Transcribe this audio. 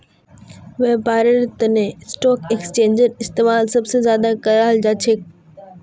व्यापारेर तना स्टाक एक्स्चेंजेर इस्तेमाल सब स ज्यादा कराल जा छेक